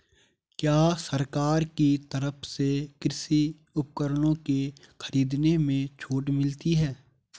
क्या सरकार की तरफ से कृषि उपकरणों के खरीदने में छूट मिलती है?